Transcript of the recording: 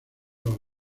los